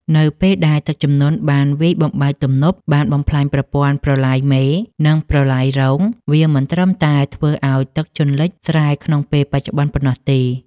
នៅពេលដែលទឹកជំនន់បានវាយបំបែកទំនប់ បានបំផ្លាញប្រព័ន្ធប្រឡាយមេ និងប្រឡាយរង វាមិនត្រឹមតែធ្វើឱ្យទឹកជន់លិចស្រែក្នុងពេលបច្ចុប្បន្នប៉ុណ្ណោះទេ។